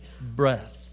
breath